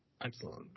Excellent